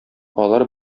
алар